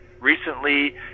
Recently